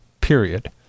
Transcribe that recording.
period